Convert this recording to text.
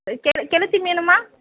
அது கெ கெளுத்தி மீனும்மா